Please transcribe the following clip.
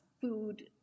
food